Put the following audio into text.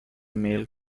male